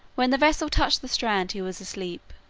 when the vessel touched the strand he was asleep.